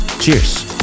Cheers